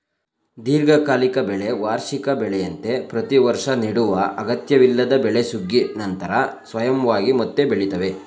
ದೀರ್ಘಕಾಲಿಕ ಬೆಳೆ ವಾರ್ಷಿಕ ಬೆಳೆಯಂತೆ ಪ್ರತಿವರ್ಷ ನೆಡುವ ಅಗತ್ಯವಿಲ್ಲದ ಬೆಳೆ ಸುಗ್ಗಿ ನಂತರ ಸ್ವಯಂವಾಗಿ ಮತ್ತೆ ಬೆಳಿತವೆ